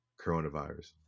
coronavirus